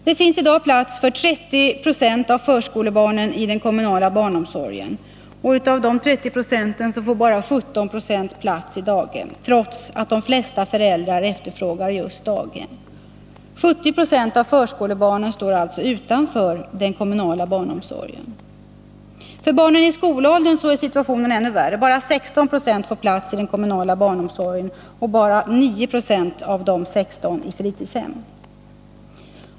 Det finns i dag plats för 30 26 av förskolebarnen i den kommunala barnomsorgen, och av de 30 procenten får bara 17 96 plats i daghem, trots att de flesta föräldrar efterfrågar just daghem. 70 96 av förskolebarnen står alltså För barnen i skolåldern är situationen ännu värre. Bara 16 90 får plats i den kommunala barnomsorgen och bara 9 96 av dessa i fritidshem.